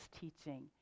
teaching